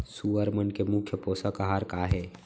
सुअर मन के मुख्य पोसक आहार का हे?